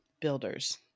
builders